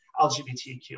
LGBTQ